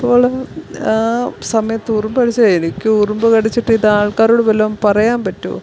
അപ്പോൾ ആ സമയത്തുറുമ്പ് കടിച്ച് എനിക്ക് ഉറുമ്പ് കടിച്ചിട്ടിതാൾക്കാരോട് വല്ലോം പറയാൻ പറ്റുമോ